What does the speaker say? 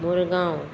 Murgaon